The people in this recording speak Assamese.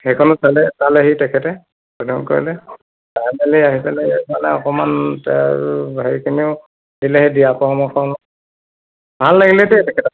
সেইখনো চালে চালেহি তেখেতে অধ্যয়ন কৰিলে চাই মেলি আহি পেলাই এফালে অকণমান তে আৰু হেৰিখিনিও দিলে সেই দিহা পৰামৰ্শসমূহ ভাল লাগিলে দেই তেখেতক